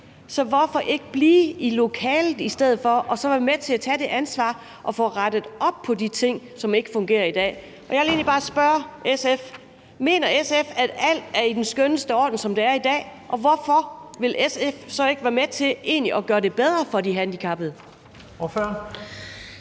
Så hvorfor ikke blive i lokalet i stedet for og så være med til at tage det ansvar og få rettet op på de ting, som ikke fungerer i dag? Jeg vil egentlig bare spørge SF om noget: Mener SF, at alt er i den skønneste orden, som det er i dag, og hvorfor vil SF så ikke være med til at gøre det bedre for de handicappede? Kl.